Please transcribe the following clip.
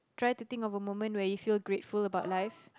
try to think of a moment where you feel grateful about life